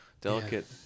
delicate